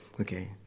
okay